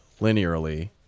linearly